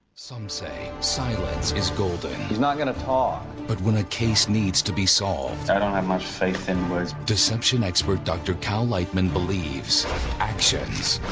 some say silence is golden. he's not going to talk. but when a case needs to be solved. i don't have much faith in words. deception expert dr karl ekman, believes actions